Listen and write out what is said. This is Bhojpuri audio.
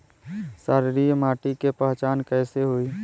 क्षारीय माटी के पहचान कैसे होई?